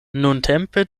nuntempe